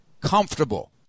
comfortable